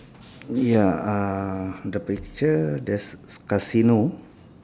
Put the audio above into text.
ya uh the picture there's casino